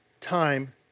time